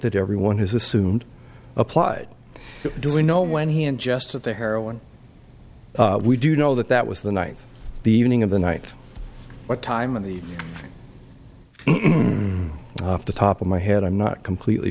that everyone has assumed applied do we know when he and just at the heroin we do know that that was the night the evening of the night what time of the off the top of my head i'm not completely